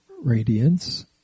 radiance